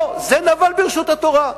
לא, זה נבל ברשות התורה.